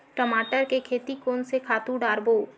टमाटर के खेती कोन से खातु डारबो?